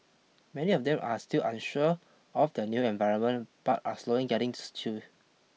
many of them are still unsure of their new environment but are slowly getting used to